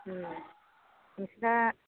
नोंसोरना